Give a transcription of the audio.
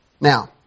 Now